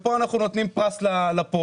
פה אנחנו בעצם נותנים פרס לפורעים.